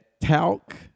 talc